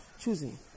choosing